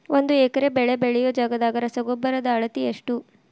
ಒಂದ್ ಎಕರೆ ಬೆಳೆ ಬೆಳಿಯೋ ಜಗದಾಗ ರಸಗೊಬ್ಬರದ ಅಳತಿ ಎಷ್ಟು?